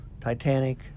Titanic